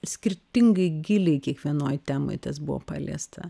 skirtingai giliai kiekvienoj temoj tas buvo paliesta